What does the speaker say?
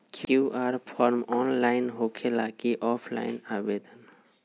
QR form online होकेला कि offline आवेदन?